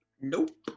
nope